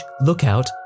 lookout